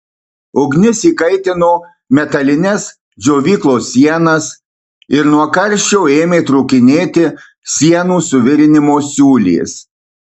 ugnis įkaitino metalines džiovyklos sienas ir nuo karščio ėmė trūkinėti sienų suvirinimo siūlės